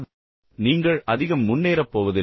எனவே நீங்கள் அதிகம் முன்னேறப் போவதில்லை